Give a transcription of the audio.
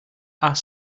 are